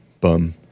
bum